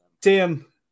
Tim